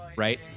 right